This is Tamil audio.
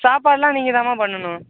சாப்பாடெல்லாம் நீங்கள் தான்மா பண்ணணும்